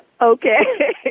Okay